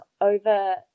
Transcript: over